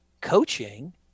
coaching